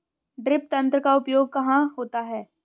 Drip तंत्र का उपयोग कहाँ होता है?